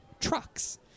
trucks